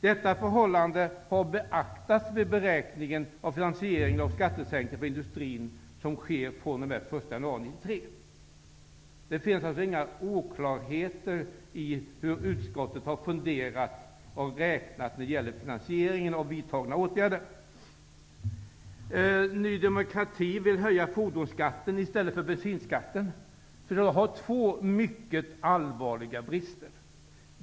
Detta förhållande har beaktats vid beräkningen av finansieringen av den skattesänkning för industrin som sker den 1 januari 1993. Det finns alltså inga oklarheter i utskottets överväganden och beräkningar när det gäller finansieringen av föreslagna åtgärder. Ny demokrati vill höja fordonsskatten i stället för bensinskatten. Förslaget har två mycket allvarliga brister.